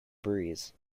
breeze